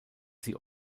sie